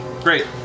Great